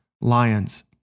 Lions